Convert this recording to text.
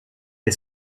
est